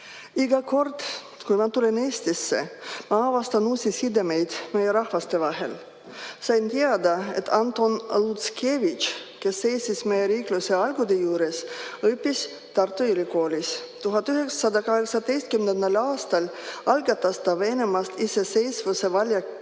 kord, kui ma tulen Eestisse, avastan uusi sidemeid meie rahvaste vahel. Olen saanud teada, et Anton Lutskevitš, kes seisis meie riikluse alguse juures, õppis Tartu Ülikoolis. 1918. aastal algatas ta Venemaast [sõltumatu Valgevene]